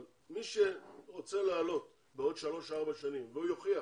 אבל מי שרוצה לעלות בעוד שלוש-ארבע שנים והוא יוכיח